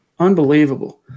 Unbelievable